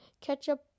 Ketchup